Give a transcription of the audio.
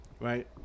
right